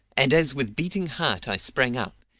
and as with beating heart i sprang up,